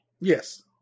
Yes